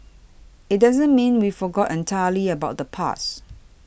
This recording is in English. it doesn't mean we forgot entirely about the past